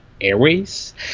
Airways